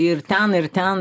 ir ten ir ten